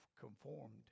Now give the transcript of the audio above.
conformed